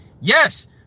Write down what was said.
Yes